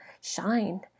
shine